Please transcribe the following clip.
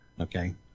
Okay